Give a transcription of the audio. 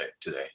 today